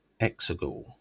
Exegol